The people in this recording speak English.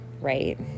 right